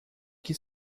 que